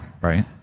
right